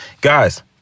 Guys